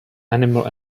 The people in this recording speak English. animal